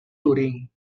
turín